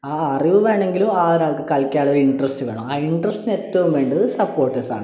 ആ അറിവ് വേണമെങ്കിലും ആ ഒരാൾക്ക് കളിക്കാനുള്ള ഒരു ഇൻ്ററെസ്റ്റ് വേണം ആ ഇൻ്ററെസ്റ്റിന് ഏറ്റവും വേണ്ടത് സപ്പോട്ടേർസാണ്